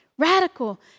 Radical